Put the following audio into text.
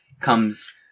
comes